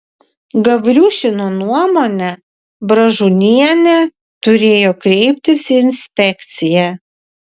gavriušino nuomone bražunienė turėjo kreiptis į inspekciją